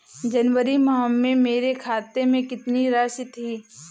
जनवरी माह में मेरे खाते में कितनी राशि थी?